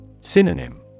Synonym